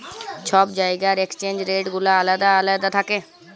ছব জায়গার exchange rate গুলা আলেদা আলেদা থ্যাকে